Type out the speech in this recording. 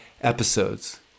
episodes